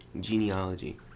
genealogy